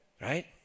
Right